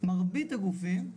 זה גם לשם אנחנו מרחיבים.